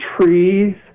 trees